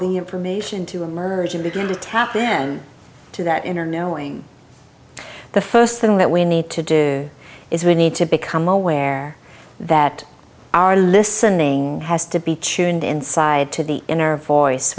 the information to emerge and begin to tap then to that inner knowing the first thing that we need to do is we need to become aware that our listening has to be chewing it inside to the inner voice